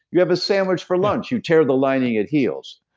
you have a sandwich for lunch, you tear the lining, it heals.